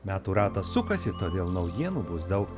metų ratas sukasi todėl naujienų bus daug